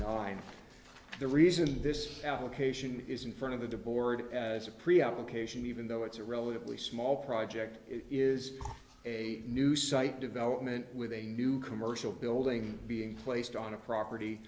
nine the reason this allocation is in front of the de board as a pre application even though it's a relatively small project is a new site development with a new commercial building being placed on a property